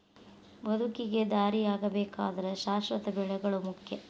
ಬದುಕಿಗೆ ದಾರಿಯಾಗಬೇಕಾದ್ರ ಶಾಶ್ವತ ಬೆಳೆಗಳು ಮುಖ್ಯ